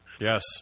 Yes